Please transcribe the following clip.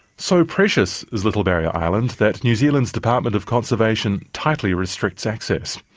so precious is little barrier island that new zealand's department of conservation tightly restricts access.